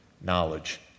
knowledge